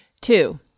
Two